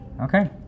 Okay